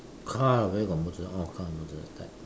car where got moto~ oh car motor type